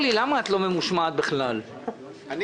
כשפניתי ליועץ המשפטי לממשלה ולכנסת בשאלה אם